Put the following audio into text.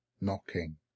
knocking